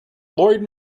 lloyd